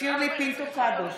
שירלי פינטו קדוש,